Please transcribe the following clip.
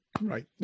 Right